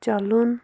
چَلُن